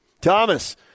Thomas